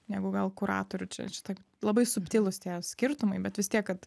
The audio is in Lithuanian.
negu gal kuratorių čia šitai labai subtilūs tie skirtumai bet vis tiek kad